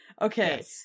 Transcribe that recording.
Okay